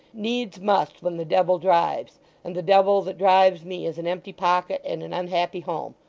needs must when the devil drives and the devil that drives me is an empty pocket and an unhappy home.